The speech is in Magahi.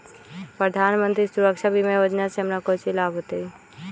प्रधानमंत्री सुरक्षा बीमा योजना से हमरा कौचि लाभ होतय?